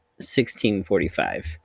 1645